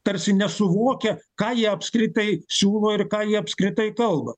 tarsi nesuvokia ką jie apskritai siūlo ir ką ji apskritai kalba